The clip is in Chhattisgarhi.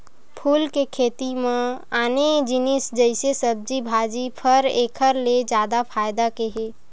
फूल के खेती म आने जिनिस जइसे सब्जी भाजी, फर एखर ले जादा फायदा के हे